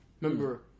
remember